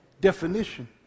definition